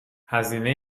هزینه